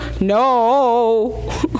No